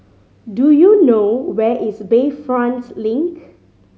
do you know where is Bayfront Link